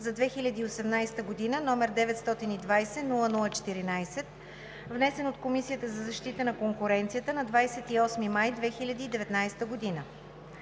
за 2018 г., № 920-00-14, внесен от Комисията за защита на конкуренцията на 28 май 2019 г.